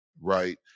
right